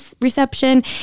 reception